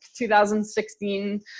2016